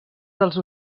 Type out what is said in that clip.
dels